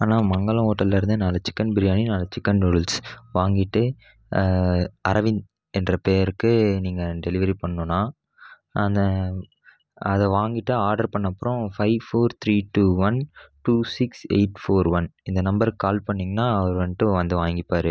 அண்ணா மங்களம் ஓட்டல்லருந்து நாலு சிக்கன் பிரியாணி நாலு சிக்கன் நூடுல்ஸ் வாங்கிட்டு அரவிந்த் என்ற பெயருக்கு நீங்கள் டெலிவரி பண்ணுண்ணா அந்த அதை வாங்கிட்டு ஆடர் பண்ண அப்புறோம் five four three two one two six eight four one இந்த நம்பருக்கு கால் பண்ணிங்கனா அவர் வந்துட்டு வந்து வாங்கிப்பார்